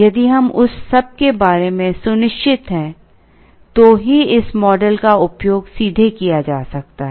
यदि हम उस सब के बारे में सुनिश्चित हैं तो ही इस मॉडल का उपयोग सीधे किया जा सकता है